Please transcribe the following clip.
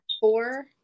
four